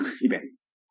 events